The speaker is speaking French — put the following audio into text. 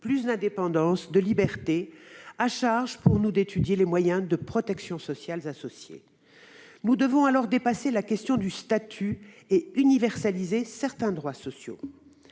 plus d'indépendance et de liberté. À charge pour nous d'étudier les moyens de protection sociale associés. En particulier, nous devons dépasser la question du statut et universaliser certains droits sociaux.